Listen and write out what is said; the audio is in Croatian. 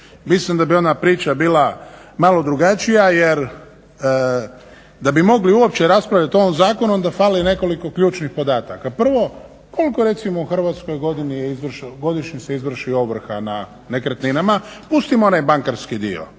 Mislim da bi onda priča bila malo drugačija jer da bi mogli uopće raspravljati o ovom zakonu onda fali nekoliko ključnih podataka. Prvo koliko recimo u Hrvatskoj godišnje se izvrši ovrha na nekretninama, pustimo onaj bankarski dio,